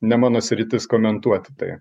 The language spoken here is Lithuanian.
ne mano sritis komentuoti tai